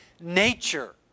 nature